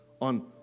on